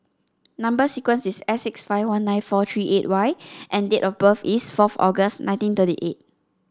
number sequence is S six five one nine four three eight Y and date of birth is fourth August nineteen thirty eight